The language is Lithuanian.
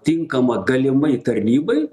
tinkamą galimai tarnybai